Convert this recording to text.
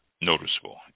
noticeable